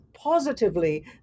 positively